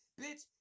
Bitch